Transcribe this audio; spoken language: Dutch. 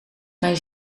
mijn